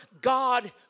God